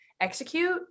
execute